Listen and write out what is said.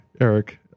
Eric